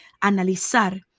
analizar